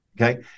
Okay